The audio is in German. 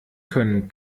können